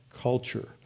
culture